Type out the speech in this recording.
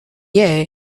year